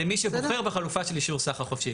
למי שבוחר בחלופה של אישור סחר חופשי.